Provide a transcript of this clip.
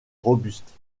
robustes